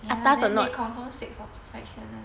ya then they confirm seek for perfection [one]